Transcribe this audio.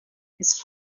his